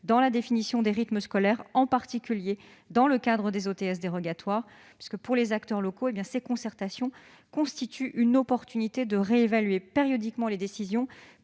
dans la définition des rythmes scolaires, en particulier dans le cadre des OTS dérogatoires. Pour les acteurs locaux, ces concertations constituent une opportunité de réévaluer périodiquement les décisions